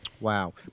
Wow